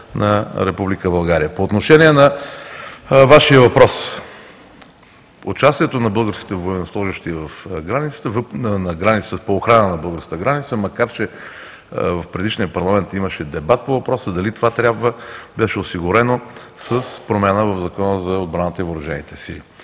България. По отношение на Вашия въпрос. Участието на българските военнослужещи по охрана на българската границата, макар че, в предишния парламент имаше дебат по въпроса дали това трябва, беше осигурено с промяна в Закона за отбраната и въоръжените сили.